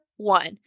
one